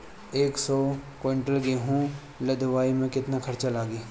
एक सौ कुंटल गेहूं लदवाई में केतना खर्चा लागी?